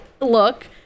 look